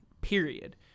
period